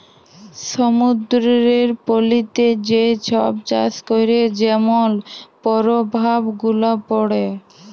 সমুদ্দুরের পলিতে যে ছব চাষ ক্যরে যেমল পরভাব গুলা পড়ে